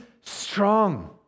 strong